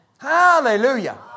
Hallelujah